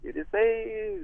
ir jisai